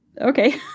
Okay